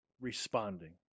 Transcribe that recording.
responding